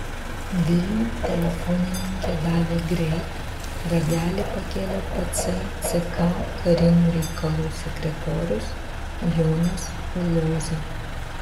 vilnių telefonininkė davė greit ragelį pakėlė patsai ck karinių reikalų sekretorius jonas uloza